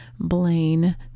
Blaine